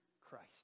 Christ